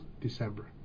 December